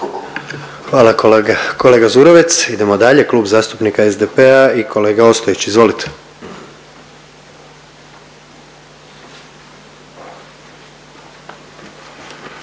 Hvala kolega, kolega Zurovec. Idemo dalje, Klub zastupnika SDP-a i kolega Ostojić, izvolite.